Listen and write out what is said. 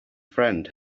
friend